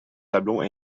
tableau